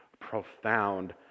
profound